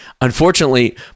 Unfortunately